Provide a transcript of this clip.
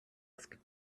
desk